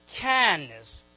kindness